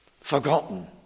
Forgotten